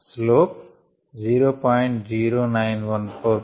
0914 s 1